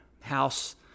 house